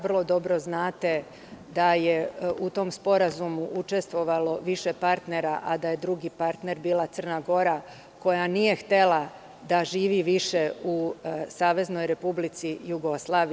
Vrlo dobro znate da je u tom sporazumu učestovalo više partnera, a da je drugi partner bila Crna Gora koja nije htela da živi više u SRJ.